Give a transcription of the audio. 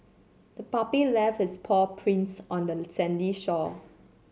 the puppy left its paw prints on the sandy shore